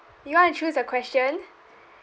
you want to choose the question